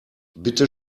bitte